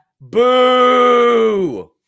Boo